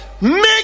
Make